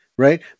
Right